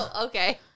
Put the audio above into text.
Okay